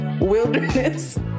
wilderness